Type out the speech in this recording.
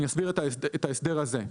אסביר את ההסדר הזה.